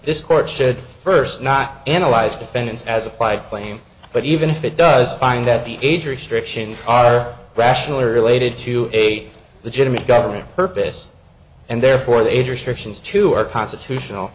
this court should first not analyze defendants as applied claim but even if it does find that the age restrictions are rational or related to aig the jimmy government purpose and therefore the age restrictions to our constitutional